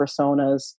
personas